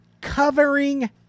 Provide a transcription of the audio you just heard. covering